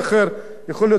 יכול להיות שבגלל המבטא,